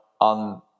on